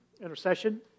intercession